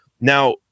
Now